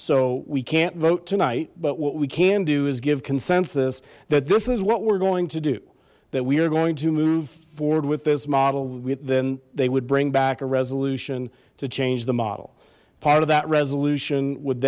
so we can't vote tonight but what we can do is give consensus that this is what we're going to do that we are going to move forward with this model with then they would bring back a resolution to change the model part of that resolution would